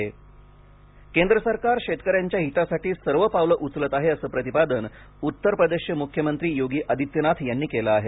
उत्तर प्रदेश विधानसभा केंद्र सरकार शेतक यांच्या हितासाठी सर्व पावले उचलत आहे असं प्रतिपादन उत्तर प्रदेशचे मुख्यमंत्री योगी आदित्यनाथ यांनी केलं आहे